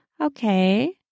Okay